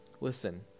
Listen